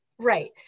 Right